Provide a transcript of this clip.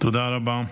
תודה רבה.